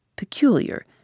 peculiar